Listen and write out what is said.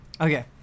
Okay